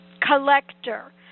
collector